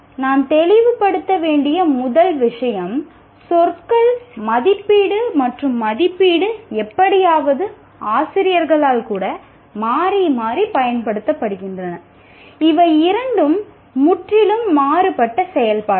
நாம் தெளிவுபடுத்த வேண்டிய முதல் விஷயம் மதிப்பீடு மற்றும் மதிப்பாய்வு சொற்கள் ஆசிரியர்களால் கூட மாறி மாறி பயன்படுத்தப்படுகின்றன இவை இரண்டும் முற்றிலும் மாறுபட்ட செயல்பாடுகள்